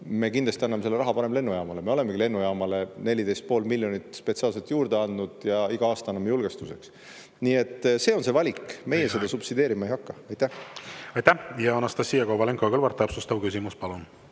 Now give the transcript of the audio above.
me kindlasti anname selle raha parem lennujaamale. Me olemegi lennujaamale 14,5 miljonit spetsiaalselt juurde andnud ja iga aasta anname julgestuseks. Nii et see on see valik. Teie aeg! Meie siin subsideerima ei hakka. Aitäh! Anastassia Kovalenko-Kõlvart, täpsustav küsimus, palun!